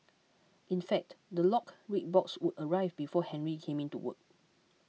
in fact the locked red box would arrive before Henry came in to work